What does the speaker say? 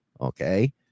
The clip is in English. Okay